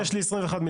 כן, יש לי 21 מיליון.